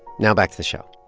now back to the show